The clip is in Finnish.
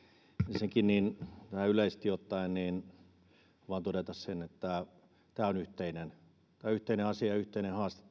ensinnäkin näin yleisesti ottaen haluan todeta sen että tämä koronavirus on yhteinen yhteinen asia ja yhteinen haaste